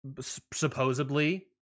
supposedly